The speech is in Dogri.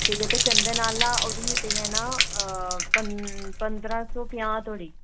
ते जेह्का चंदन आह्ला ओह् तुसेंगी पेई जाना पंदरां सौ पंजाह् धोड़ी